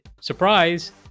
surprise